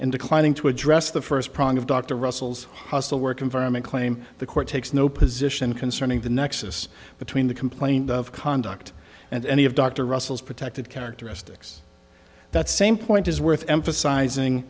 in declining to address the first prong of dr russell's hostile work environment claim the court takes no position concerning the nexus between the complaint of conduct and any of dr russell's protected characteristics that same point is worth emphasizing